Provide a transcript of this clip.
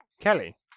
Kelly